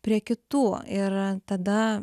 prie kitų ir tada